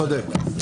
צודק.